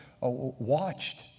watched